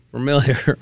Familiar